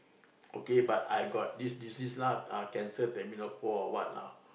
okay but I got this this this lah ah or what lah